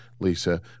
Lisa